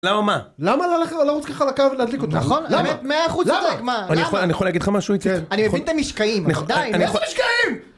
למה מה? למה ללכת לרוץ ככה לקו ולהדליק אותה? נכון. למה? מה, אין הוא צודק? מה, למה?! אני יכול להגיד לך משהו איציק? כן אני מבין את המשקעים. די איזה משקעים?!!!